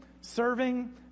serving